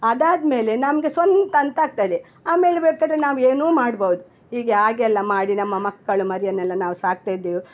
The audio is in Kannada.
ಅದಾದ್ಮೇಲೆ ನಮಗೆ ಸ್ವಂತ ಅಂತಾಗ್ತದೆ ಆಮೇಲೆ ಬೇಕಾದರೆ ನಾವು ಏನೂ ಮಾಡ್ಬಹ್ದು ಈಗೆ ಹಾಗೆಯೆಲ್ಲ ಮಾಡಿ ನಮ್ಮ ಮಕ್ಕಳು ಮರಿಯನ್ನೆಲ್ಲ ನಾವು ಸಾಕ್ತಾ ಇದ್ದೆವು